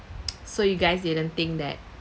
so you guys didn't think that